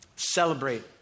Celebrate